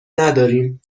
نداریم